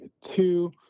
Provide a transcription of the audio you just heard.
Two